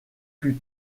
plus